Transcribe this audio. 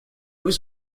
was